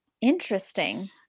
Interesting